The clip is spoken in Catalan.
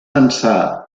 pensar